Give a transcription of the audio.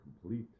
complete